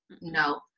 No